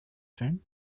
friend